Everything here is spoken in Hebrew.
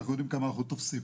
אנחנו יודעים כמה אנחנו תופסים.